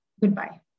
Goodbye